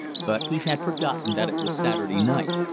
but he had forgotten that it was saturday night.